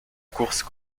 course